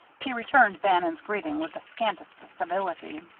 he returned bannon's greeting with the scantest civility.